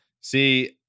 See